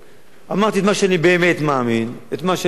אמרתי את מה שאני באמת מאמין, את מה שאני חושב,